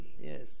Yes